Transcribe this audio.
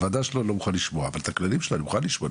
את הוועדה שלו אני לא מוכן לשמוע אבל את הכללים שלו אני מוכן לשמוע,